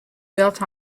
built